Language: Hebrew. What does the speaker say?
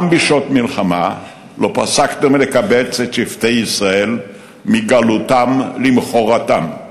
גם בשעות מלחמה לא פסקנו מלקבץ את שבטי ישראל מגלותם למכורתם.